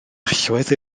allwedd